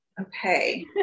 Okay